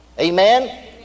Amen